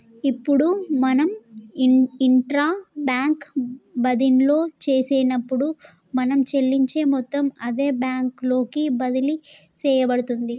ఇప్పుడు మనం intra bank బదిన్లో చేసినప్పుడు మనం చెల్లించే మొత్తం అదే బ్యాంకు లోకి బదిలి సేయబడుతుంది